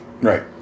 Right